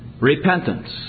Repentance